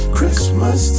Christmas